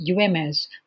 UMS